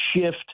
shift